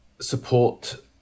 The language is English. support